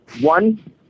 One